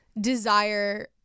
desire